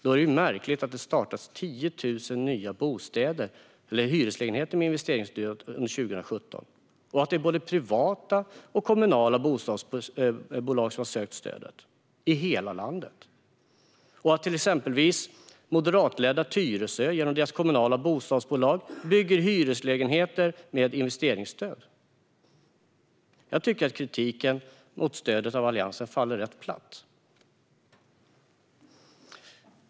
Då är det ju märkligt att det under 2017 startades byggen av 10 000 nya hyreslägenheter med investeringsbidrag. Det är både privata och kommunala bostadsbolag som har sökt stödet i hela landet. Exempelvis bygger moderatledda Tyresö genom sitt kommunala bostadsbolag hyreslägenheter med investeringsstöd. Jag tycker att Alliansens kritik av stödet faller platt.